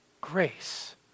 Grace